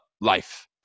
life